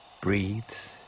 breathes